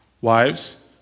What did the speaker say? Wives